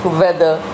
weather